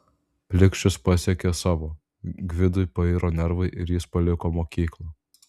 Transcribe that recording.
plikšis pasiekė savo gvidui pairo nervai ir jis paliko mokyklą